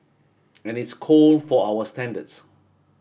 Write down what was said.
and it's cold for our standards